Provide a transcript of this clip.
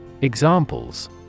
Examples